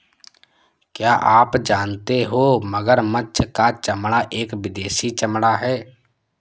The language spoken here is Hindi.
क्या आप जानते हो मगरमच्छ का चमड़ा एक विदेशी चमड़ा है